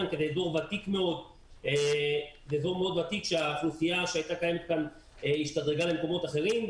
זה אזור ותיק מאוד שהאוכלוסייה שגרה בו השתדרגה ועברה למקומות אחרים,